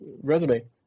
resume